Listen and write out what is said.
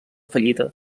fallida